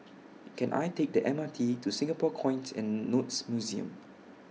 Can I Take The M R T to Singapore Coins and Notes Museum